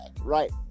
Right